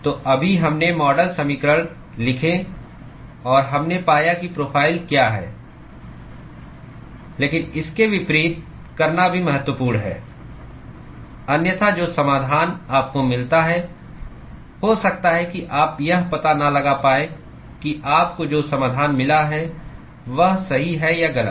तो अभी हमने मॉडल समीकरण लिखे और हमने पाया कि प्रोफ़ाइल क्या है लेकिन इसके विपरीत करना भी महत्वपूर्ण है अन्यथा जो समाधान आपको मिलता है हो सकता है कि आप यह पता न लगा पाएं कि आपको जो समाधान मिला है वह सही है या गलत